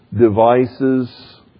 devices